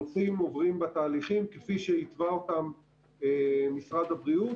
הנוסעים עוברים בתהליכים כפי שהתווה אותם משרד הבריאות,